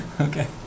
Okay